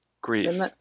Grief